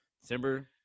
December